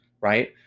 right